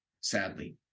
sadly